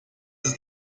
ist